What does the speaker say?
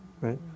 right